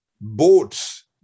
boats